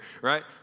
right